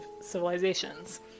civilizations